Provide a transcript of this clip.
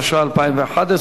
התשע"א 2011,